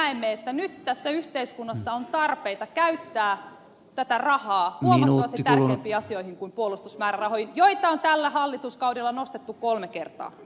me sosialidemokraatit näemme että nyt tässä yhteiskunnassa on tarpeita käyttää tätä rahaa huomattavasti tärkeämpiin asioihin kuin puolustusmäärärahoihin joita on tällä hallituskaudella nostettu kolme kertaa